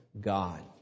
God